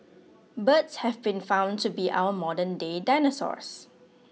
birds have been found to be our modern day dinosaurs